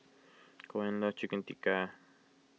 Koen loves Chicken Tikka